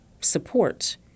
support